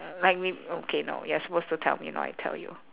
like me okay no you're supposed to tell me not I tell you